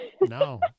no